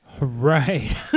Right